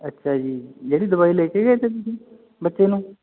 ਅੱਛਾ ਜੀ ਜਿਹੜੀ ਦਵਾਈ ਲੈ ਕੇ ਗਏ ਤੇ ਤੁਸੀਂ ਬੱਚੇ ਨੂੰ